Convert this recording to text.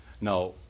Now